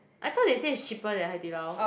I thought they say it's cheaper than Hai-Di-Lao